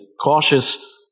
cautious